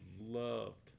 loved